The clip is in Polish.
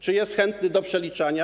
Czy jest chętny do przeliczania?